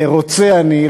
רוצה אני,